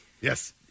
yes